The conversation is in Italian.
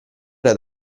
era